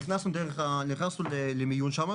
נכנסנו למיון שם,